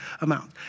amount